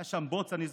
היה שם בוץ, אני זוכר.